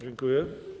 Dziękuję.